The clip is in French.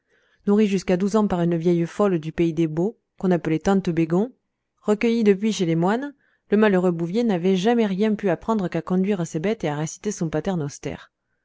nourri jusqu'à douze ans par une vieille folle du pays des baux qu'on appelait tante bégon recueilli depuis chez les moines le malheureux bouvier n'avait jamais pu rien apprendre qu'à conduire ses bêtes et à réciter son pater